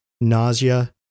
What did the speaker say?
nausea